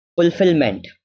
Fulfillment